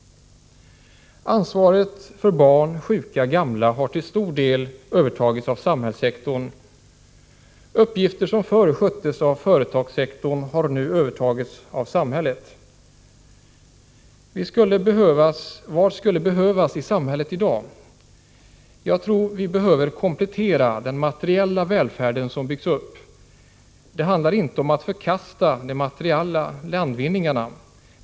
Ansvaret för barn, sjuka och gamla har till stor del övertagits av samhällssektorn. Uppgifter som förr sköttes av företagssektorn har nu tagits över av samhället. Vad skulle behövas i samhället i dag? Jag tror att vi behöver komplettera den materiella välfärden som byggts upp. Det handlar inte om att förkasta de materiella landvinningarna.